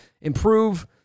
improve